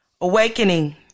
Awakening